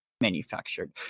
manufactured